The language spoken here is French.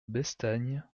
bestagne